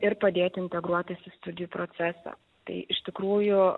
ir padėti integruotis į studijų procesą tai iš tikrųjų